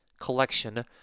collection